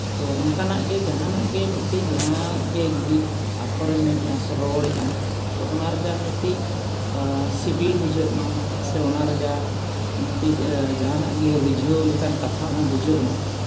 ᱛᱚ ᱚᱱᱠᱟᱱᱟᱜ ᱜᱮ ᱡᱟᱦᱟᱱᱟᱜ ᱜᱮ ᱢᱤᱫᱴᱤᱡᱽ ᱡᱟᱦᱟᱸ ᱜᱮ ᱡᱩᱫᱤ ᱟᱠᱷᱚᱨᱮᱢ ᱢᱮᱱᱮᱫᱼᱟ ᱥᱮᱢ ᱨᱚᱲᱮᱜᱼᱟᱢ ᱛᱚ ᱚᱱᱟ ᱨᱮᱭᱟᱜ ᱢᱤᱫᱴᱤᱡᱽ ᱥᱤᱵᱤᱞ ᱵᱩᱡᱷᱟᱹᱜᱼᱢᱟ ᱥᱮ ᱚᱱᱟ ᱨᱮᱭᱟᱜ ᱢᱤᱫᱴᱤᱡᱽ ᱡᱟᱦᱟᱱᱟᱜ ᱜᱮ ᱨᱤᱡᱷᱟᱹᱣ ᱞᱮᱠᱟᱱ ᱠᱟᱛᱷᱟ ᱦᱚᱸ ᱵᱩᱡᱷᱟᱹᱜ ᱢᱟ